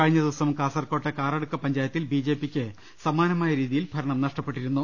കഴിഞ്ഞദിവസം കാസർകോട്ടെ കാറടുക്ക പഞ്ചാ യത്തിൽ ബിജെപിക്ക് സമാനമായ രീതിയിൽ ഭരണം നഷ്ടപ്പെട്ടി രുന്നു